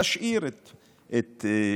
תשאיר את הגלישה,